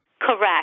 Correct